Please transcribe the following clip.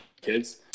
kids